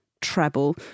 treble